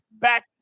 back